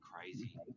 crazy